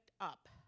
up